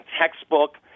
textbook